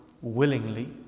willingly